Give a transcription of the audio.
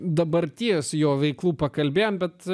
dabarties jo veiklų pakalbėjome bet